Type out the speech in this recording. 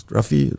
Rafi